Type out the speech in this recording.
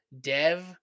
Dev